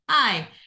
Hi